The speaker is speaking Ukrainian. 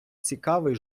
цікавий